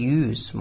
use